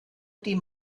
die